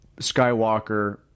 Skywalker